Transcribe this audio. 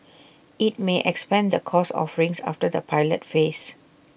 IT may expand the course offerings after the pilot phase